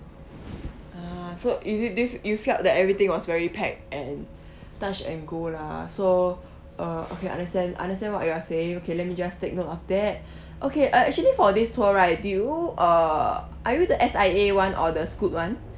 ah so you felt that everything was very packed and touch and go lah so uh okay understand understand what you are saying okay let me just take note of that okay uh actually for this tour right did you uh are you the S_I_A [one] or the Scoot [one]